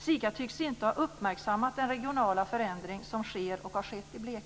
SIKA tycks inte ha uppmärksammat den regionala förändring som sker och har skett i